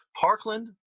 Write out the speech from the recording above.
Parkland